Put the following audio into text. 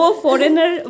foreigner